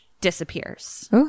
disappears